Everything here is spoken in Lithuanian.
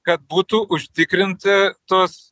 kad būtų užtikrinti tos